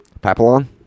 papillon